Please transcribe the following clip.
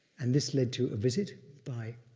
and this led to a visit by